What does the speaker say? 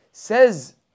Says